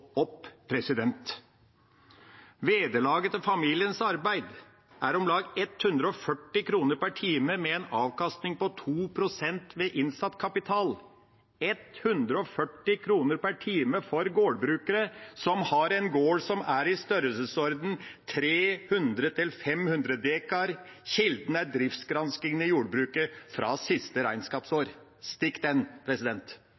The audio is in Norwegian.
opp. Vederlaget for familiens arbeid er om lag 140 kr per time med en avkastning på 2 pst. ved innsatt kapital. 140 kr per time for gårdbrukere som har en gård i størrelsesorden 300 – 500 dekar. Kilden er driftsgranskingen for jordbruket fra siste regnskapsår.